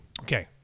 Okay